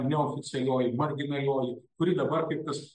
neoficialioji marginalioji kuri dabar kaip tas